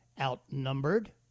outnumbered